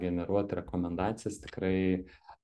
generuot rekomendacijas tikrai